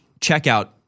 checkout